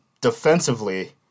defensively